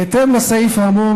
בהתאם לסעיף האמור,